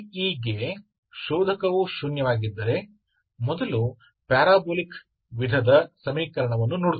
ಗೆ ಶೋಧಕವು ಶೂನ್ಯವಾಗಿದ್ದರೆ ಮೊದಲು ಪ್ಯಾರಾಬೋಲಿಕ್ ವಿಧದ ಸಮೀಕರಣವನ್ನು ನೋಡುತ್ತೀರಿ